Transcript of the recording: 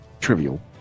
trivial